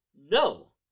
No